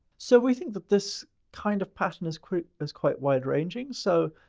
so, we think that this kind of pattern is quite is quite wide ranging. so,